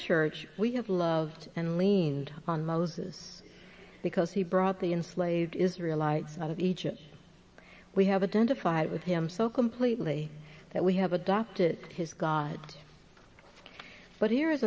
church we have loved and leaned on moses because he brought the in slave israel lights out of egypt we have a dent a fight with him so completely that we have adopted his god but here